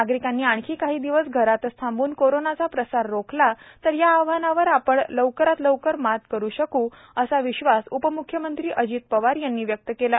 नागरिकांनी आणखी काही दिवस घरातच थांबून कोरोनाचा प्रसार रोखला तर या आव्हानांवर आपण लवकरात लवकर मात करु शकू असा विश्वास उपम्ख्यमंत्री अजित पवार यांनी व्यक्त केला आहे